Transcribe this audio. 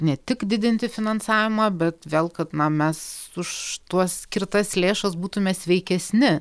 ne tik didinti finansavimą bet vėl kad na mes už tuos skirtas lėšas būtume sveikesni